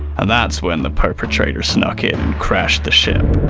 and that's when the perpetrator snuck in and crashed the ship.